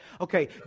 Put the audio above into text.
Okay